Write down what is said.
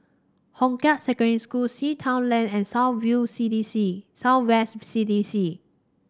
Hong Kah Secondary School Sea Town Lane and South View C D C South West C D C